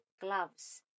gloves